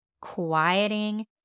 quieting